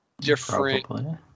different –